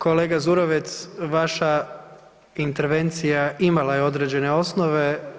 Kolega Zurovec vaša intervencija imala je određene osnove.